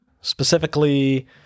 specifically